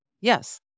Yes